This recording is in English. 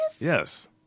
Yes